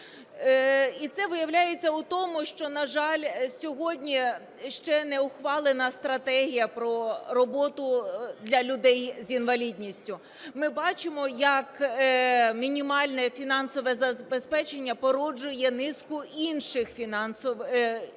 І це виявляється у тому, що, на жаль, сьогодні ще не ухвалена стратегія про роботу для людей з інвалідністю. Ми бачимо, як мінімальне фінансове забезпечення породжує низку інших і